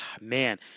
man